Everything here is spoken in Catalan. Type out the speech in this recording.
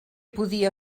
podia